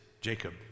Jacob